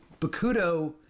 Bakudo